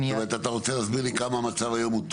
אתה רוצה להסביר לי כמה המצב היום הוא טוב?